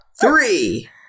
Three